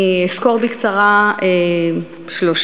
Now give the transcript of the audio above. אני אסקור בקצרה שלושה